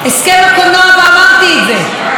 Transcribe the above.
מסתיים בסוף השנה הזאת,